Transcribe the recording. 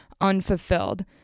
unfulfilled